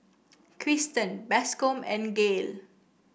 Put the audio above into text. Cristen Bascom and Gael